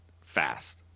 fast